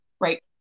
right